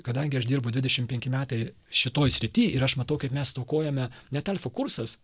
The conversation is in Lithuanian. kadangi aš dirbu dvidešim penki metai šitoj srity ir aš matau kaip mes stokojame net alfa kursas